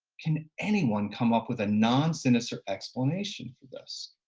can anyone come up with a non-sinister explanation for this?